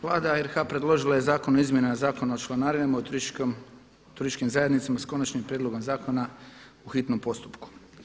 Vlada RH predložila je Zakon o izmjenama Zakona o članarinama u turističkim zajednicama s konačnim prijedlogom zakona u hitnom postupku.